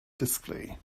display